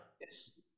Yes